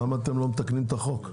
למה אתם לא מתקנים את החוק,